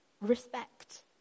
respect